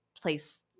place